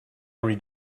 read